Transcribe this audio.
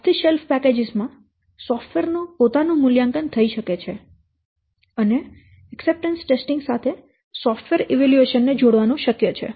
of થી shelf પેકેજો માં સોફ્ટવેર નું પોતાનું મૂલ્યાંકન થઈ શકે છે અને સ્વીકૃતિ ટેસ્ટિંગ સાથે સોફ્ટવેર મૂલ્યાંકન ને જોડવાનું શક્ય છે